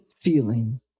feeling